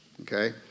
okay